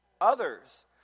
Others